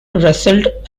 wrestled